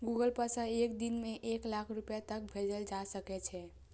Google Pay सं एक दिन मे एक लाख रुपैया तक भेजल जा सकै छै